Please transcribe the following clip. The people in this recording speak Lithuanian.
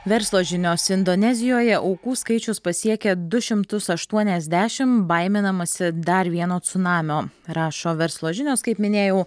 verslo žinios indonezijoje aukų skaičius pasiekė du šimtus aštuoniasdešim baiminamasi dar vieno cunamio rašo verslo žinios kaip minėjau